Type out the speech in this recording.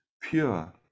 pure